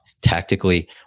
tactically